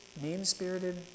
mean-spirited